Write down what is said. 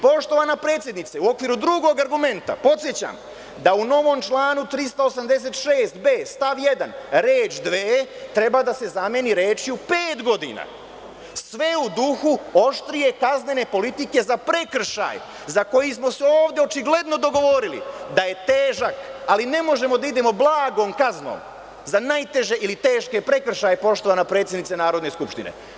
Poštovana predsednice, u okviru drugog argumenta podsećam da u novom članu 386b stav 1. reč: „dve“ treba da se zameni rečju: „pet godina“, sve u duhu oštrije kaznene politike za prekršaj za koji smo se ovde očigledno dogovorili da je težak ali ne možemo da idemo blagom kaznom za najteže ili teške prekršaje, poštovana predsednice Narodne skupštine.